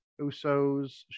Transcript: Usos